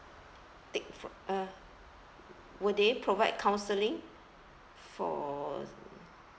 take fr~ uh will they provide counseling for